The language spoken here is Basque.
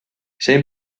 zein